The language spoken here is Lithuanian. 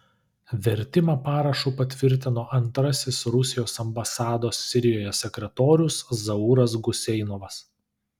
vertimą parašu patvirtino antrasis rusijos ambasados sirijoje sekretorius zauras guseinovas